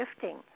shifting